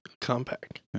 Compact